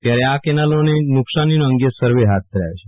ત્યારે આ કેનાલોને નુકસાની અંગે સર્વે હાથ ધરાયો છે